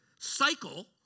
cycle